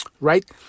right